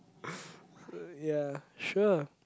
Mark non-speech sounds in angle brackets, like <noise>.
<breath> so yeah